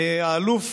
האלוף